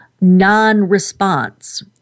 non-response